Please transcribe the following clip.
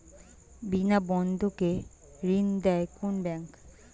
বিনা বন্ধক কে ঋণ দেয় কোন ব্যাংক?